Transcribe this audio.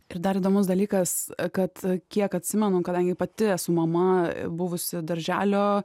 ir dar įdomus dalykas kad kiek atsimenu kadangi pati esu mama buvusi darželio